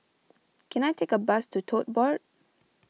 can I take a bus to Tote Board